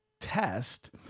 test